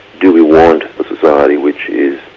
do we want a society which is